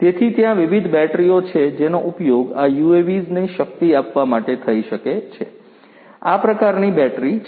તેથી ત્યાં વિવિધ બેટરીઓ છે જેનો ઉપયોગ આ UAVs ને શક્તિ આપવા માટે થઈ શકે છે આ પ્રકારની બેટરી છે